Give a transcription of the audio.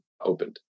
opened